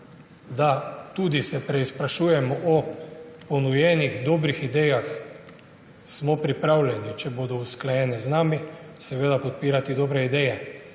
da se preizprašujemo o ponujenih dobrih idejah, da smo pripravljeni, če bodo usklajene z nami, podpirati dobre ideje.